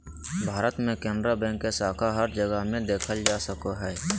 भारत मे केनरा बैंक के शाखा हर जगह मे देखल जा सको हय